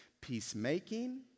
Peacemaking